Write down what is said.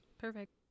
perfect